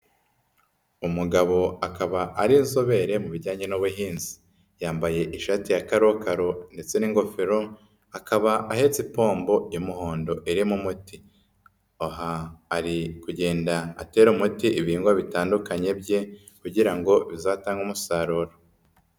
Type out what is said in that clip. Umugabo akaba ari inzobere mu bijyanye n'ubuhinzi, yambaye ishati ya karokaro ndetse n'ingofero, akaba ahetse pombo y'umuhondo irimo umuti, aha ari kugenda atera umuti ibihingwa bitandukanye bye kugira ngo bizatange umusaruro.